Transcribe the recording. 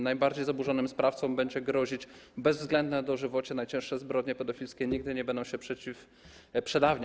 Najbardziej zaburzonym sprawcom będzie grozić bezwzględne dożywocie, najcięższe zbrodnie pedofilskie nigdy nie będą się przedawniać.